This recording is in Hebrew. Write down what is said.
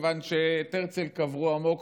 כיוון שאת הרצל קברו עמוק,